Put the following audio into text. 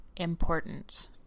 important